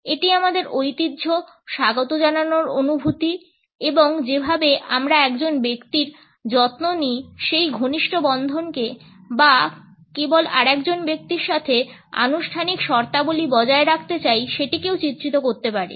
এটি আমাদের ঐতিহ্য স্বাগত জানানোর অনুভূতি এবং যেভাবে আমরা একজন ব্যক্তির যত্ন নিই সেই ঘনিষ্ঠ বন্ধনকে বা আমরা কেবল আরেকজন ব্যক্তির সাথে আনুষ্ঠানিক শর্তাবলী বজায় রাখতে চাই সেটিকেও চিত্রিত করতে পারে